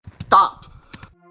Stop